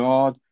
God